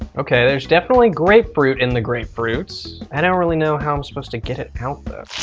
okay, there's definitely grapefruit in the grapefruits. i don't really know how i'm supposed to get it out, though.